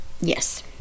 Yes